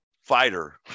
fighter